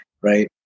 right